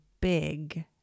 big